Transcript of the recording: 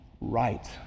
right